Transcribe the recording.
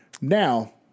Now